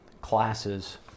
classes